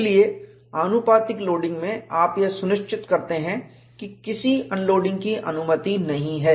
इसलिए आनुपातिक लोडिंग में आप यह सुनिश्चित करते हैं कि किसी अनलोडिंग की अनुमति नहीं है